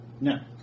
No